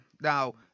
Now